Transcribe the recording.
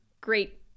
great